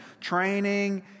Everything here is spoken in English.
training